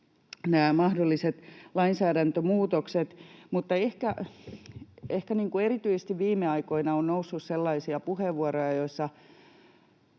mahdolliset lainsäädäntömuutokset, mutta erityisesti viime aikoina on noussut sellaisia puheenvuoroja, joissa